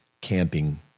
camping